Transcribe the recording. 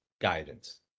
guidance